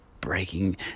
breaking